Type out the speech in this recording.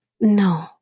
no